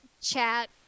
chat